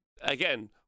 again